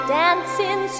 dancing